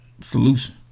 solution